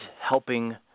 helping